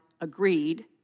agreed